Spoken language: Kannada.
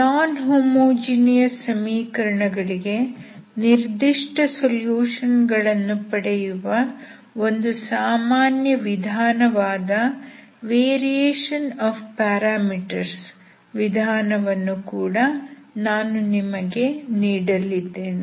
ನಾನ್ ಹೋಮೋಜಿನಿಯಸ್ ಸಮೀಕರಣಗಳಿಗೆ ನಿರ್ದಿಷ್ಟ ಸೊಲ್ಯೂಶನ್ ಗಳನ್ನು ಪಡೆಯುವ ಒಂದು ಸಾಮಾನ್ಯ ವಿಧಾನವಾದ ವೇರಿಯೇಶನ್ ಆಫ್ ಪ್ಯಾರಾಮೀಟರ್ಸ್ ವಿಧಾನವನ್ನು ಕೂಡ ನಾನು ನಿಮಗೆ ನೀಡಲಿದ್ದೇನೆ